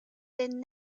been